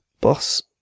boss